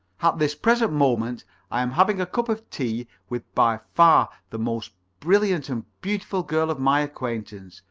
this present moment i am having a cup of tea with by far the most brilliant and beautiful girl of my acquaintance,